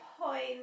point